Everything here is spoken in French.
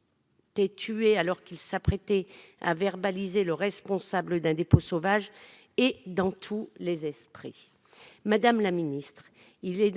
a été tué alors qu'il s'apprêtait à verbaliser le responsable d'un dépôt sauvage, est dans tous les esprits. Madame la ministre, il est